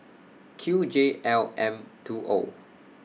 Q J L M two O